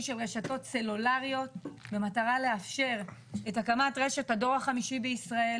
של רשתות סלולריות במטרה לאפשר את הקמת רשת הדור החמישי בישראל,